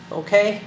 okay